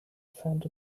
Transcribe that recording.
found